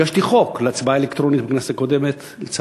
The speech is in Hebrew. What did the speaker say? בכנסת הקודמת הגשתי הצעת חוק להצבעה אלקטרונית,